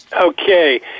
Okay